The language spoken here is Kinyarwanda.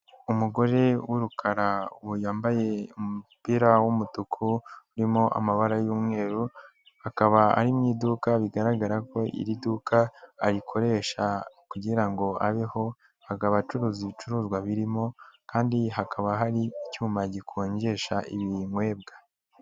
Umugore w'urukara yambaye umupira w''umutuku urimo amabara y'umweru, akaba ari mu iduka bigaragara ko iri duka akoresha kugira ngo abeho aka aba acuruza ibicuruzwa birimo kandi hakaba hari icyuma gikonjesha ibinkwebwa.